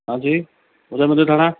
हाँ जी थाना